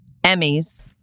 Emmys